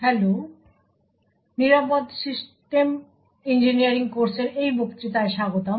hello এবং secure system engineering কোর্সের এই বক্তৃতায় স্বাগতম